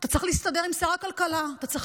אתה צריך להסתדר עם שר הכלכלה ; אתה צריך